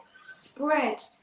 spread